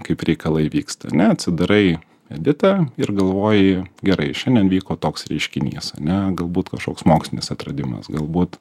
kaip reikalai vyksta ane atsidarai editą ir galvoji gerai šiandien vyko toks reiškinys ane galbūt kažkoks mokslinis atradimas galbūt